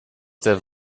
der